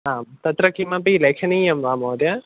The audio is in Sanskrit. आम् तत्र किमपि लेखनीयं वा महोदय